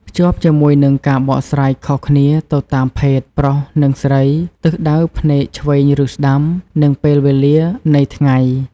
ភ្ជាប់ជាមួយនឹង ការបកស្រាយខុសគ្នាទៅតាមភេទ ប្រុសនិងស្រី ទិសដៅភ្នែកឆ្វេងឬស្តាំ និងពេលវេលានៃថ្ងៃ។